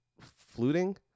fluting